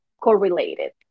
correlated